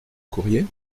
courrier